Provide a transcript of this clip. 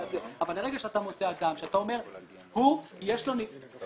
שאתה אומר שלו יש ניגוד